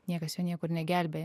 niekas jo niekur negelbėja